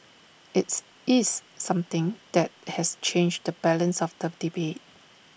IT is something that has changed the balance of the debate